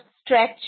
stretch